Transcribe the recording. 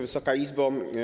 Wysoka Izbo!